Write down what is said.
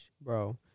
Bro